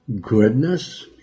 goodness